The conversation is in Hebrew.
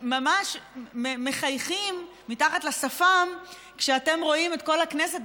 ממש מחייכים מתחת לשפם כשאתם רואים את כל הכנסת,